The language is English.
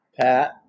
Pat